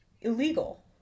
illegal